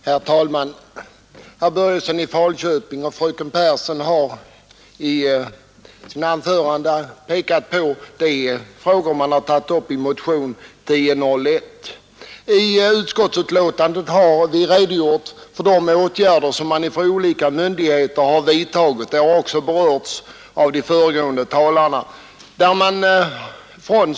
Herr talman! Herr Börjesson i Falköping och fröken Pehrsson har i sina anföranden pekat på de frågor de har tagit upp i motionen 1001. I utskottsbetänkandet har vi redogjort för de åtgärder som olika myndigheter vidtagit, och detta har också berörts av de föregående talarna.